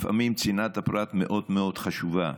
לפעמים צנעת הפרט מאוד מאוד חשובה,